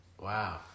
Wow